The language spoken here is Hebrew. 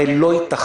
הרי לא ייתכן,